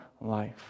life